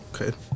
Okay